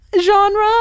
genre